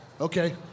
okay